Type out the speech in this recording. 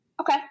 Okay